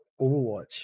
Overwatch